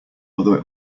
although